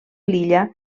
l’illa